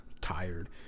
Tired